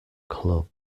club